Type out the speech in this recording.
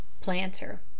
Planter